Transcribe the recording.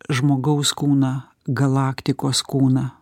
žmogaus kūną galaktikos kūną